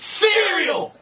cereal